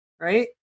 right